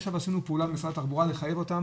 עכשיו עשינו במשרד התחבורה פעולה לחייב אותם,